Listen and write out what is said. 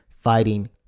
fighting